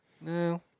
No